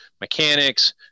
mechanics